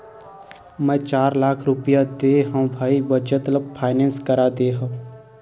मै चार लाख रुपया देय हव भाई बचत ल फायनेंस करा दे हँव